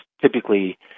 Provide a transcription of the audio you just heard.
typically